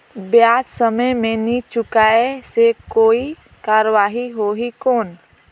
ब्याज समय मे नी चुकाय से कोई कार्रवाही होही कौन?